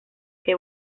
que